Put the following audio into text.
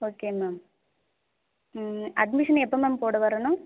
okay ma'am admission எப்போ ma'am போட வரணும்